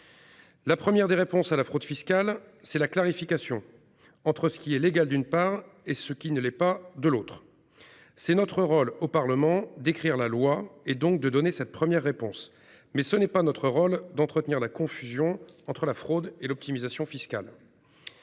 La première des réponses à la fraude fiscale, c'est la clarification, entre ce qui est légal et ce qui ne l'est pas. Il appartient au Parlement d'écrire la loi et donc de donner cette première réponse. Mais ce n'est pas notre rôle d'entretenir la confusion entre fraude et optimisation fiscales.